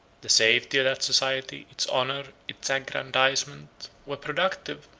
the safety of that society, its honor, its aggrandizement, were productive,